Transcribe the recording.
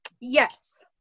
Yes